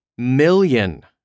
million